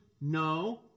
no